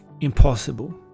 impossible